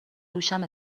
دوشم